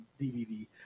DVD